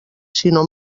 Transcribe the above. sinó